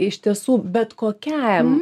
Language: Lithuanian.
iš tiesų bet kokiam